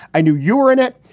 i knew you were in it.